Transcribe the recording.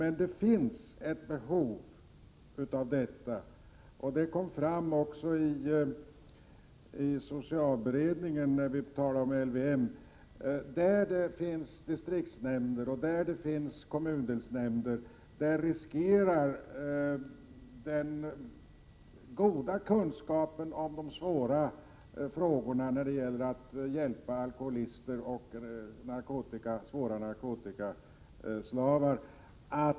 Men det finns ett behov av dem, vilket kom fram i socialberedningen när det talades om LVM. Där det finns distriktshämnder och kommundelsnämnder riskerar man att den goda kunskapen försvinner om de svåra frågorna när det gäller att hjälpa alkoholister och narkotikaslavar.